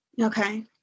Okay